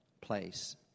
place